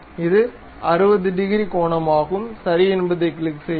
இது 60 டிகிரி கோணமாகும் சரி என்பதைக் கிளிக் செய்யவும்